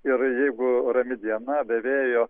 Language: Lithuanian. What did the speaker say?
ir jeigu rami diena be vėjo